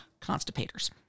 Constipators